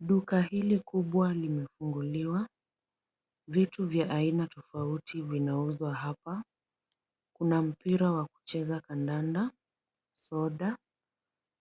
Duka hili kubwa limefunguliwa. Vitu vya aina tofauti vinauzwa hapa. Kuna mpira wa kucheza kandanda, soda.